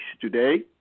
today